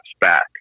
back